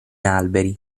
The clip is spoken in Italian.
alberi